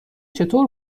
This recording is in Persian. چطور